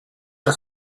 are